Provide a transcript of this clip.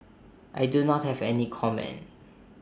I do not have any comment